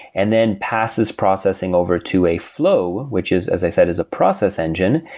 and then passes processing over to a flow, which is as i said is a process engine.